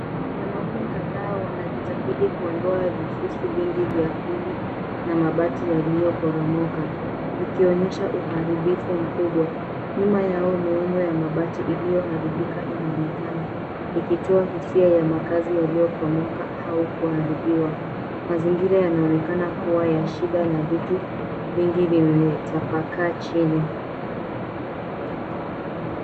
Wanaume kadhaa wanajitahidi kuondoa vifusi vingi vya kuni na mabati yaliyoporomoka. Vikionyesha uharibifu mkubwa. Nyuma yao miundo ya mabati iliyoharibika inaonekana. Ikitoa hisia ya makazi yaliyopromoka au kuharibiwa. Na mazingira yanaonekana kuwa ya shida na vitu vingi vimetapakaa chini.